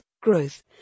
growth